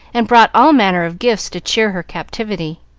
and brought all manner of gifts to cheer her captivity.